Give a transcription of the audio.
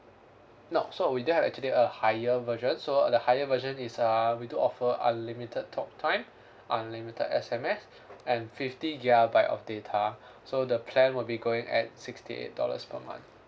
no so we do have actually a higher version so the higher version is uh we do offer unlimited talk time unlimited S_M_S and fifty gigabyte of data so the plan will be going at sixty eight dollars per month